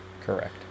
Correct